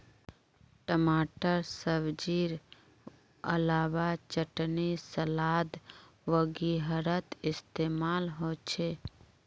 टमाटर सब्जिर अलावा चटनी सलाद वगैरहत इस्तेमाल होचे